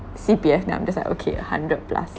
C_P_F then I'm just like okay hundred plus